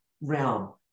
realm